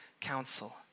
council